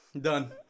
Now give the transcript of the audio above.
Done